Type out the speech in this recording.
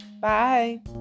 Bye